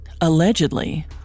Allegedly